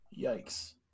Yikes